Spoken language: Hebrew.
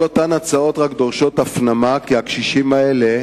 כל אותן הצעות רק דורשות הפנמה שהקשישים האלה,